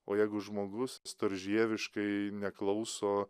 o jeigu žmogus storžieviškai neklauso